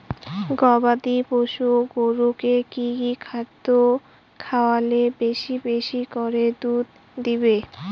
গবাদি পশু গরুকে কী কী খাদ্য খাওয়ালে বেশী বেশী করে দুধ দিবে?